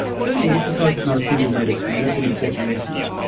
certainly, exercise is not a single medicine, and that's an important message,